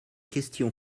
questions